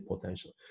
potential